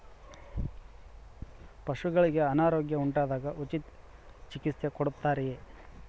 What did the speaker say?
ಪಶುಗಳಿಗೆ ಅನಾರೋಗ್ಯ ಉಂಟಾದಾಗ ಉಚಿತ ಚಿಕಿತ್ಸೆ ಕೊಡುತ್ತಾರೆಯೇ?